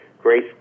Grace